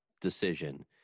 decision